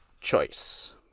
choice